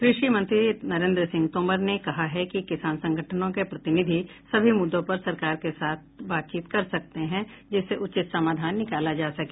कृषि मंत्री नरेन्द्र सिंह तोमर ने कहा है कि किसान संगठनों के प्रतिनिधि सभी मुद्दों पर सरकार के साथ बातचीत कर सकते हैं जिससे उचित समाधान निकाला जा सके